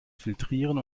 filtrieren